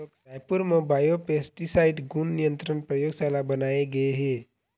रायपुर म बायोपेस्टिसाइड गुन नियंत्रन परयोगसाला बनाए गे हे